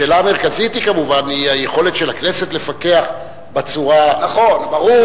השאלה המרכזית היא כמובן היכולת של הכנסת לפקח בצורה אמיתית.